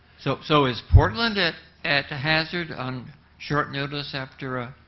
so so is portland at at a hazard on short notice after a